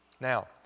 Now